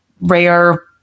rare